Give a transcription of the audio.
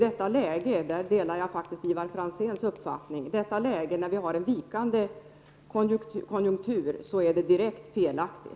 Jag delar faktiskt Ivar Franzéns uppfattning, nämligen att detta är direkt felaktigt i ett läge med vikande konjunktur.